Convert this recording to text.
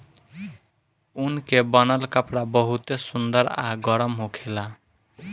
ऊन के बनल कपड़ा बहुते सुंदर आ गरम होखेला